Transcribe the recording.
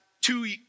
two